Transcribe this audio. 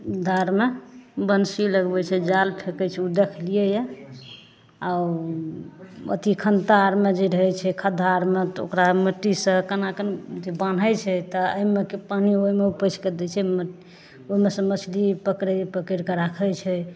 धारमे बँसी लगबै छै जाल फेकै छै ओ देखलियैए आ ओ अथी खन्ता आरमे जे रहै छै खद्धा आरमे तऽ ओकरा मिट्टी से तेनाके ने बान्है छै तऽ एहिमेके पानि ओहिमे उपछिके दै छै ओहिमे से मछली पकड़ै पकड़िके राखैत छै